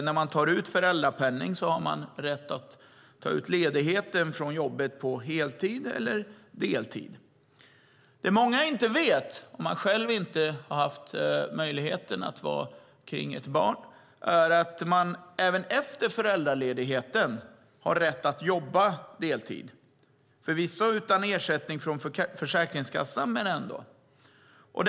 När man tar ut föräldrapenning har man rätt att ta ut ledigheten från jobbet på heltid eller deltid. Det många inte vet, om de själva inte haft möjligheten att vara kring ett barn, är att man även efter föräldraledigheten har rätt att jobba deltid. Det är förvisso utan ersättning från Försäkringskassan, men det är ändå möjligt.